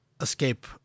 escape